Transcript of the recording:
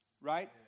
right